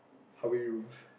how many rooms